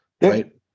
Right